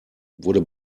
wurde